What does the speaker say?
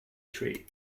tree